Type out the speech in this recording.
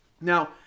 Now